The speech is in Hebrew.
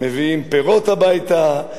מביאים פירות הביתה,